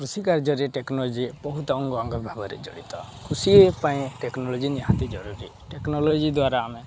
କୃଷି କାର୍ଯ୍ୟରେ ଟେକ୍ନୋଲୋଜି ବହୁତ ଅଙ୍ଗା ଅଙ୍ଗୀ ଭାବରେ ଜଡ଼ିତ କୃଷି ପାଇଁ ଟେକ୍ନୋଲୋଜି ନିହାତି ଜରୁରୀ ଟେକ୍ନୋଲୋଜି ଦ୍ୱାରା ଆମେ